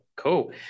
Cool